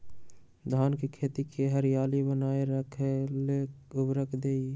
धान के खेती की हरियाली बनाय रख लेल उवर्रक दी?